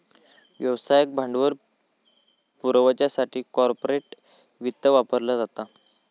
व्यवसायाक भांडवल पुरवच्यासाठी कॉर्पोरेट वित्त वापरला जाता